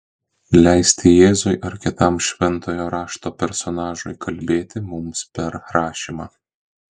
leisti jėzui ar kitam šventojo rašto personažui kalbėti mums per rašymą